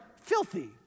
filthy